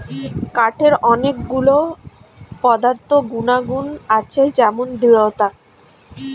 কাঠের অনেক গুলো পদার্থ গুনাগুন আছে যেমন দৃঢ়তা